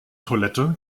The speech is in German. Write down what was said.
toilette